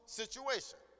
situation